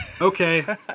okay